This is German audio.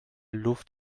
luft